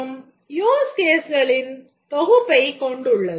மற்றும் use case களின் தொகுப்பைக் கொண்டுள்ளது